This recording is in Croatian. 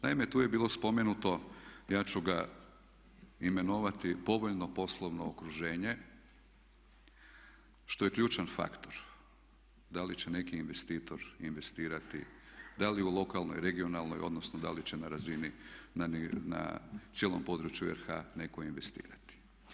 Naime, tu je bilo spomenuto, ja ću ga imenovati povoljno poslovno okruženje što je ključan faktor da li će neki investitor investirati, da li u lokalnoj, regionalnoj odnosno da li će na razini na cijelom području RH neko investirati.